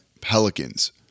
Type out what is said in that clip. Pelicans